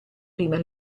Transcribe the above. prima